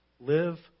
Live